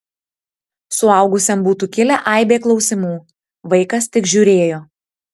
suaugusiam būtų kilę aibė klausimų vaikas tik žiūrėjo